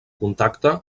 contacte